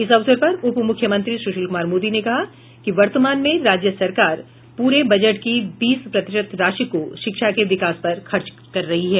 इस अवसर पर उप मुख्यमंत्री सुशील कुमार मोदी ने कहा कि वर्तमान में राज्य सरकार पूरे बजट के बीस प्रतिशत राशि को शिक्षा के विकास पर खर्च कर रही है